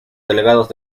delegados